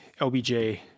LBJ